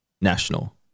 National